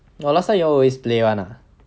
but last time you always play [one] ah